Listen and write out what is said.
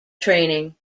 training